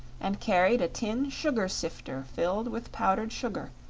and carried a tin sugar-sifter filled with powdered sugar,